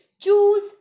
choose